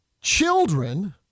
children